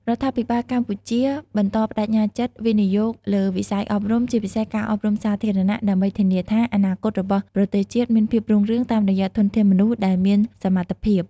រដ្ឋាភិបាលកម្ពុជាបន្តប្តេជ្ញាចិត្ត វិនិយោគលើវិស័យអប់រំ ជាពិសេសការអប់រំសាធារណៈ ដើម្បីធានាថាអនាគតរបស់ប្រទេសជាតិមានភាពរុងរឿងតាមរយៈធនធានមនុស្សដែលមានសមត្ថភាព។